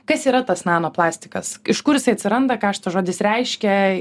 kas yra tas nano plastikas iš kur jisai atsiranda ką šitas žodis reiškia